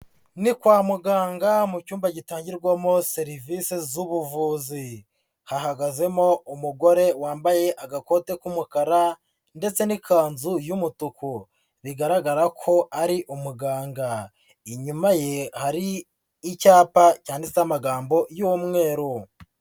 Ni kwa muganga mu cyumba gitangirwamo serivisi z'ubuvuzi, hahagazemo umugore wambaye agakote k'umukara ndetse n'ikanzu y'umutuku bigaragara ko ari umuganga, inyuma ye hari icyapa cyanditseho amagambo y'umweru.